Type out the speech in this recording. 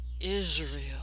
Israel